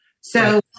So-